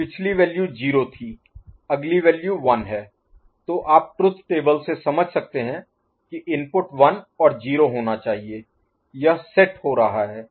तो पिछली वैल्यू 0 थी अगली वैल्यू 1 है तो आप ट्रुथ टेबल से समझ सकते हैं कि इनपुट 1 और 0 होना चाहिए यह सेट हो रहा है